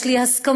יש לי הסכמות